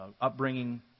upbringing